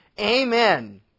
Amen